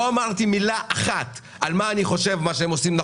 לא אמרתי מילה אחת על מה שאני חושב עליהם.